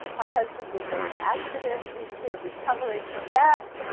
my husband was in an accident, he's here recovering from that,